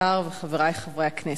השר וחברי חברי הכנסת,